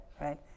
right